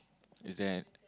is that